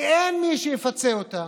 כי אין מי שיפצה אותם,